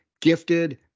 gifted